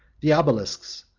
the obelisks,